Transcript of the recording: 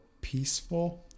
peaceful